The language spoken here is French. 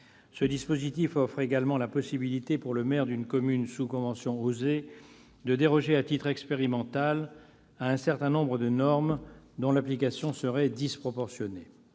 Ce dispositif offre également la possibilité, pour le maire d'une commune sous convention « OSER », de déroger à titre expérimental à un certain nombre de normes dont l'application serait disproportionnée.